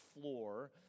floor